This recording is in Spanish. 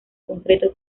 concreto